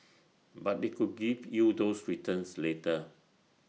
but they could give you those returns later